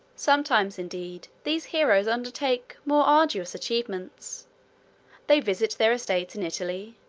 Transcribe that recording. sometimes, indeed, these heroes undertake more arduous achievements they visit their estates in italy,